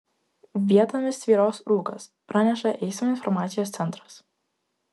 vietomis tvyros rūkas praneša eismo informacijos centras